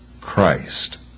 Christ